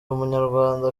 munyarwanda